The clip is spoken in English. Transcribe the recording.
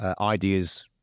ideas